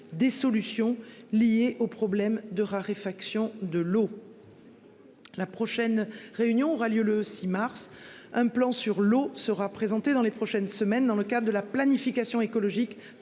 des solutions liées aux problèmes de raréfaction de l'eau. La prochaine réunion aura lieu le 6 mars, un plan sur l'eau sera présenté dans les prochaines semaines, dans le cas de la planification écologique,